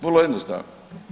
Vrlo jednostavno.